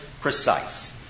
precise